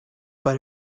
but